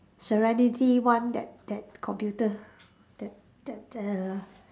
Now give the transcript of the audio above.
serenity one that that computer that that err